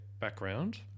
background